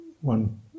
one